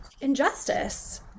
injustice